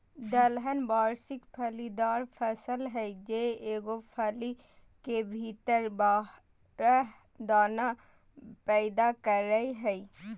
दलहन वार्षिक फलीदार फसल हइ जे एगो फली के भीतर बारह दाना पैदा करेय हइ